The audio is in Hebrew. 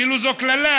כאילו זו קללה,